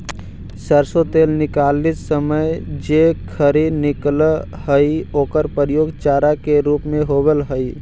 सरसो तेल निकालित समय जे खरी निकलऽ हइ ओकर प्रयोग चारा के रूप में होवऽ हइ